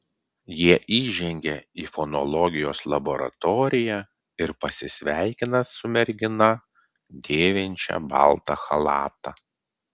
jie įžengia į fonologijos laboratoriją ir pasisveikina su mergina dėvinčia baltą chalatą